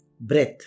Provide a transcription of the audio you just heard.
breath